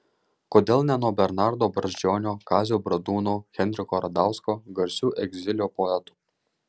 kodėl ne nuo bernardo brazdžionio kazio bradūno henriko radausko garsių egzilio poetų